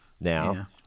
now